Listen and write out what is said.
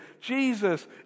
Jesus